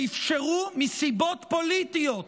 שאפשרו, מסיבות פוליטיות,